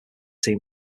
team